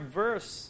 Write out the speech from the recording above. verse